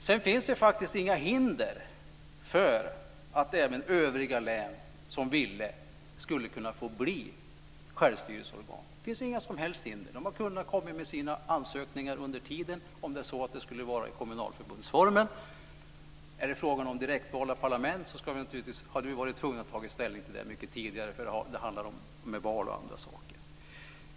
Sedan finns det faktiskt inga hinder för att övriga län som ville skulle kunna få bli självstyrelseorgan. Det finns inga som helst hinder. De har kunnat komma med sina ansökningar under tiden om det är så att det skulle vara i kommunalförbundsformen. Är det fråga om direktvalda parlament hade vi naturligtvis varit tvungna att ta ställning till det mycket tidigare eftersom det handlar om val och andra saker.